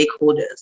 stakeholders